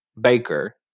baker